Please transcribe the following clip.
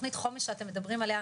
התוכנית חומש שאתם מדברים עליה.